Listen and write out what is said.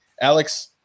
Alex